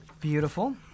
Beautiful